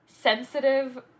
sensitive